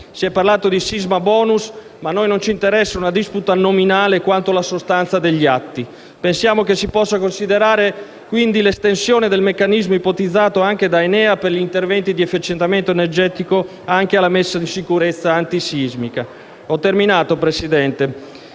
Si è parlato di sisma-bonus, ma non ci interessa una disputa nominale quanto la sostanza degli atti. Pensiamo che si possa considerare l'estensione del meccanismo ipotizzato da ENEA per gli interventi di efficientamento energetico dei condomini anche alla messa in sicurezza antisismica. Noi pensiamo che serva